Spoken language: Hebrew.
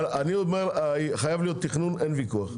אבל אני אומר, חייב להיות תכנון, אין ויכוח.